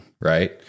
right